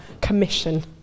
commission